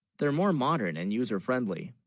they're, more modern and user-friendly,